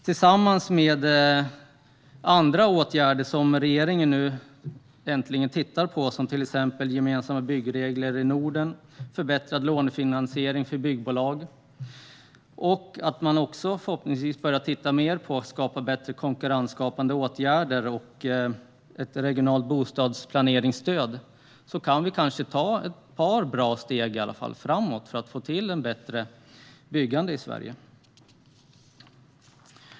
Tillsammans med andra åtgärder som regeringen nu äntligen tittar på, till exempel gemensamma byggregler i Norden och förbättrad lånefinansiering för byggbolag och att man förhoppningsvis också börjar titta mer på bättre konkurrensskapande åtgärder och ett regionalt bostadsplaneringsstöd, kanske vi i alla fall kan ta ett par steg framåt för att få till ett bättre byggande i Sverige.